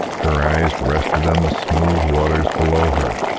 her eyes rested on the smooth waters below her,